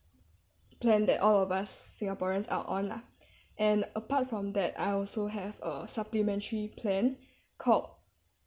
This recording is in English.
plan that all of us singaporeans are on lah and apart from that I also have a supplementary plan called